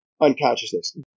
unconsciousness